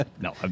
No